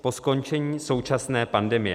Po skončení současné pandemie.